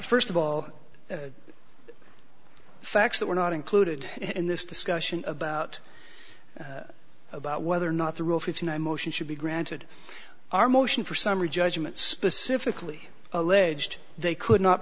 first of all facts that were not included in this discussion about about whether or not the rule fifty nine motion should be granted our motion for summary judgment specifically alleged they could not